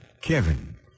Kevin